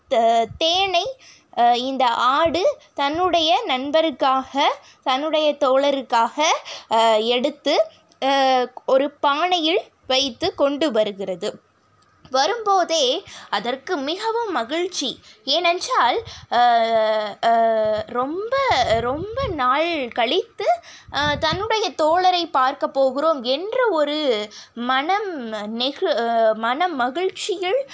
த தேனை இந்த ஆடு தன்னுடைய நண்பருக்காக தன்னுடைய தோழருக்காக எடுத்து ஒரு பானையில் வைத்து கொண்டு வருகிறது வரும் போதே அதற்கு மிகவும் மகிழ்ச்சி ஏனென்றால் ரொம்ப ரொம்ப நாள் கழித்து தன்னுடைய தோழரை பார்க்கப் போகிறோம் என்ற ஒரு மனம் நெகிழ் மனம் மகிழ்ச்சியில்